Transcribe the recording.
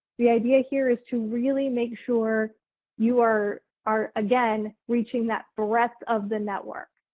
the idea here is to really make sure you are are again reaching that breadth of the network.